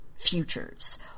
Futures